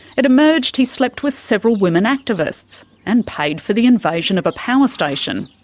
it emerged he slept with several women activists and paid for the invasion of a power station.